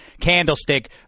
Candlestick